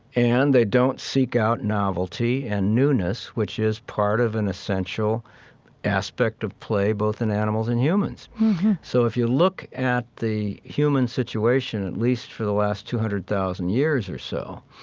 and they don't seek out novelty and newness, which is part of an essential aspect of play, both in animals and humans so if you look at the human situation, at least for the last two hundred thousand years or so,